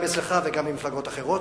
גם אצלך וגם במפלגות אחרות.